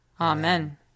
Amen